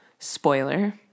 Spoiler